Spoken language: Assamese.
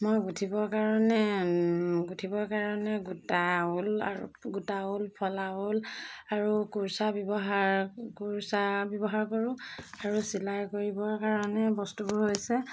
মই গুঠিবৰ কাৰণে গুঠিবৰ কাৰণে গোটা ঊল আৰু গোটা ঊল ফলা ঊল আৰু কোৰচা ব্যৱহাৰ কোৰচা ব্যৱহাৰ কৰোঁ আৰু চিলাই কৰিবৰ কাৰণে বস্তুবোৰ হৈছে